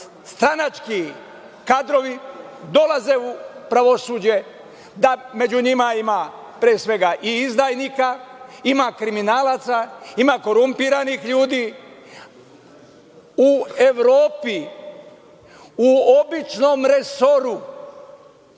stranački kadrovi dolaze u pravosuđe, da među njima ima, pre svega, i izdajnika, ima kriminalaca, ima korumpiranih ljudi.U Evropi, u običnom